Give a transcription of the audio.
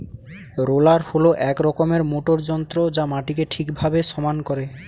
roller হল এক রকমের মোটর যন্ত্র যা মাটিকে ঠিকভাবে সমান করে